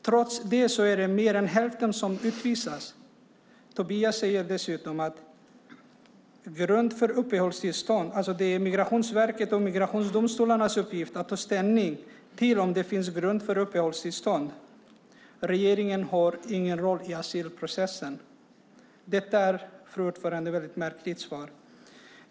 Trots det utvisas mer än hälften. Tobias säger dessutom att det är Migrationsverkets och migrationsdomstolarnas uppgift att ta ställning till om det finns grund för uppehållstillstånd och att regeringen inte har någon roll i asylprocessen. Fru talman! Det är ett mycket märkligt svar.